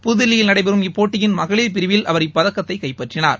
புதுதில்லியில் நடைபெறும் இப்போட்டியின் மகளிர் பிரிவில் அவர் இப்பதக்கத்தை கைப்பற்றினார்